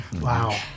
Wow